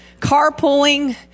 carpooling